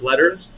letters